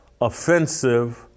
offensive